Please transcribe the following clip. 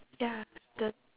ya the